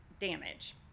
damage